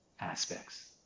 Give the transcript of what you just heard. aspects